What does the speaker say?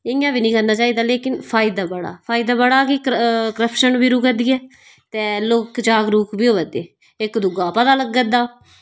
इय्यां बी नेईं करना चाहिदा लेकिन फायदा बड़ा फायदा बड़ा कि क करप्शन वि रुका दी ऐ तै लोक जागरूक वि होआ दे इक दुगा पता लग्गा दा